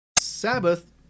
sabbath